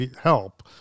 help